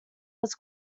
was